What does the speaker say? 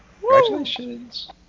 Congratulations